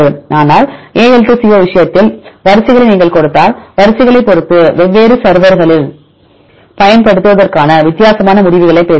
ஆனால் AL2CO விஷயத்தில் வரிசைகளை நீங்கள் கொடுத்தால் வரிசைகளைப் பொறுத்து வெவ்வேறு சர்வர்களில் பயன்படுத்துவதற்கான வித்தியாசமான முடிவுகளைப் பெறுவீர்கள்